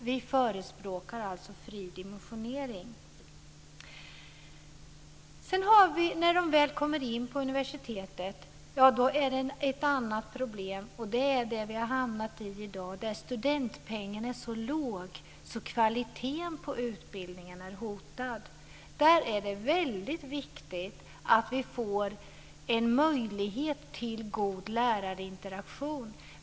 Vi förespråkar alltså fri dimensionering. När studenterna väl kommer in på universitetet är det ett annat problem i dag, nämligen att studentpengen är så låg att kvaliteten på utbildningen är hotad. Därför är det väldigt viktigt att få en möjlighet till god lärarinteraktion.